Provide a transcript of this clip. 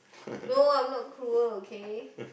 no I'm not cruel okay